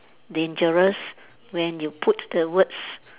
dangerous when you put the words